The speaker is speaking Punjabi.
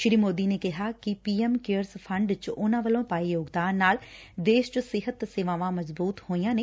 ਸ੍ਰੀ ਸੋਦੀ ਨੇ ਕਿਹਾ ਕਿ ਪੀ ਐਮ ਕੇਅਰਸ ਫੰਡ ਵਿਚ ਉਨਾਂ ਵੱਲੋਂ ਪਾਏ ਯੋਗਦਾਨ ਨਾਲ ਦੇਸ਼ ਚ ਸਿਹਤ ਸੇਵਾਵਾਂ ਮਜਬੁਤ ਹੋਈਆਂ ਨੇ